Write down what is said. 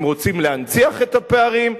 אם רוצים להנציח את הפערים,